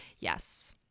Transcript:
yes